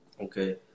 Okay